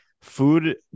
food